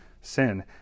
sin